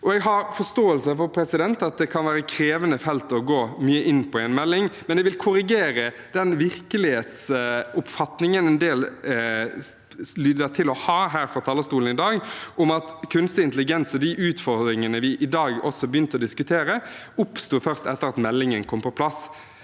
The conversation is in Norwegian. Jeg har forståelse for at det kan være et krevende felt å gå mye inn på i en melding, men jeg vil korrigere den virkelighetsoppfatningen en del ser ut til å ha, uttrykt fra talerstolen i dag, om at kunstig intelligens og de utfordringene vi i dag også begynte å diskutere, først oppsto etter at meldingen kom på plass.